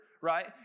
right